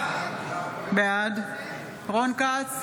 בעד רון כץ,